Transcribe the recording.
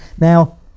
Now